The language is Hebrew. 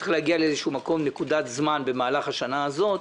צריך להגיע לאיזו נקודת זמן במהלך השנה הזאת,